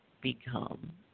become